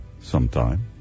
sometime